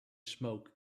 smoke